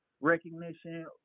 recognition